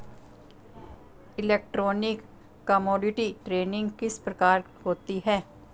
Electronic commodity trading किस प्रकार होती है?